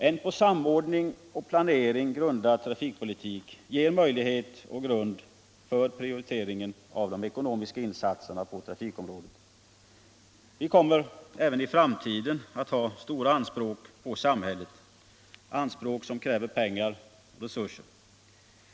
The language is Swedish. En på samordning och planering grundad trafikpolitik ger möjlighet och bas för prioriteringar av de ekonomiska insatserna på trafikområdet. Vi kommer även i framtiden att ha stora anspråk på samhället, anspråk som kräver pengar och resurser.